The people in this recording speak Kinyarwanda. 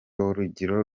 uruganiriro